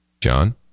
john